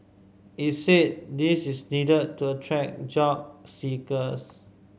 it said this is needed to attract job seekers